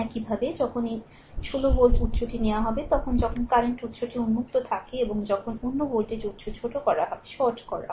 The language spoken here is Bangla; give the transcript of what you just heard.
একইভাবে যখন এই 16 ভোল্ট উৎসটি নেওয়া হয় তবে যখন কারেন্ট উৎসটি উন্মুক্ত থাকে এবং যখন অন্য ভোল্টেজ উৎস short করা হয়